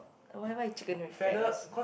why why chicken with feathers